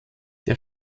der